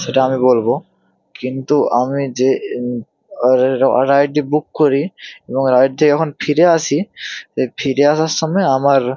সেটা আমি বলব কিন্তু আমি যে রাইডটি বুক করি এবং রাইডটি যখন ফিরে আসি ফিরে আসার সময় আমার